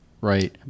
Right